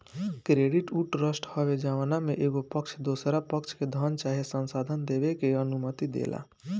credit उ trust हवे जवना में एगो पक्ष दोसरा पक्ष के धन चाहे संसाधन देबे के अनुमति देला